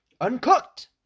uncooked